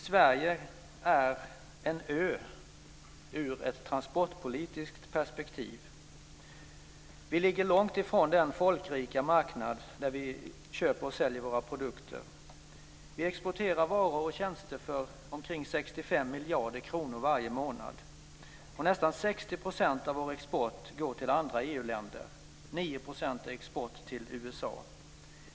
Sverige är en ö ur ett transportpolitiskt perspektiv. Vi ligger långt ifrån den folkrika marknad där vi köper och säljer våra produkter. Vi exporterar varor och tjänster för omkring 65 miljarder kronor varje månad. Nästan 60 % av vår export går till andra EU-länder. 9 % är export till USA.